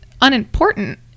unimportant